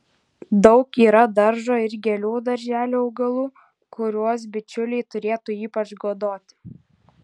daug yra daržo ir gėlių darželių augalų kuriuos bičiuliai turėtų ypač godoti